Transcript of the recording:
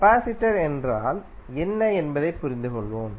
capacitor என்றால் என்ன என்பதைப் புரிந்து கொள்வோம்